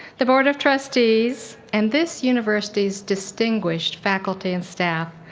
the board of trustees and this university's distinguished faculty and staff,